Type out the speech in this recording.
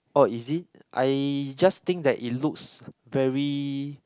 oh is it I just think that it looks very